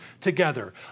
together